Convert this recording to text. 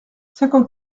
cinquante